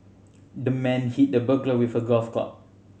the man hit the burglar with a golf club